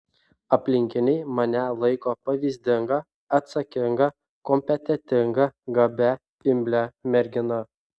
aplinkiniai mane laiko pavyzdinga atsakinga kompetentinga gabia imlia mergina